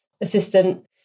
assistant